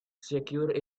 secured